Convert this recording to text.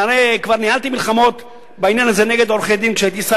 והרי כבר ניהלתי מלחמות בעניין הזה כשהייתי שר